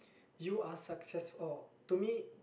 you are success or to me